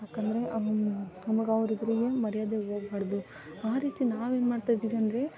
ಏಕಂದ್ರೆ ನಮ್ಗೆ ಅವ್ರ ಎದುರು ಏನು ಮರ್ಯಾದೆ ಹೋಗ್ಬಾಡ್ದು ಆ ರೀತಿ ನಾವು ಏನು ಮಾಡ್ತಾ ಇದ್ದೀವಿ ಅಂದರೆ